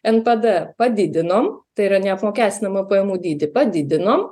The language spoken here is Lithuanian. em p d padidinom tai yra neapmokestinamą pajamų dydį padidinom